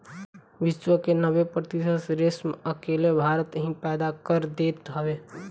विश्व के नब्बे प्रतिशत रेशम अकेले भारत ही पैदा कर देत हवे